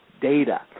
data